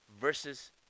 versus